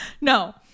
No